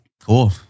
cool